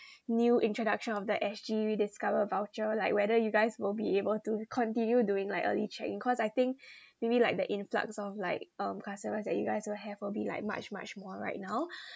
new introduction of the S_G rediscover voucher like whether you guys will be able to continue doing like early check in cause I think maybe like the influx of like um customers that you guys will have will be like much much more right now